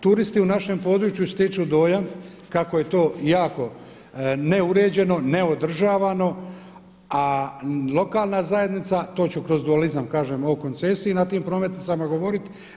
Turisti u našem području stječu dojam kako je to jako neuređeno, neodržavano, a lokalna zajednica to ću kroz dualizam kažem o koncesiji na tim prometnicama govoriti.